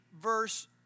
verse